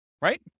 Right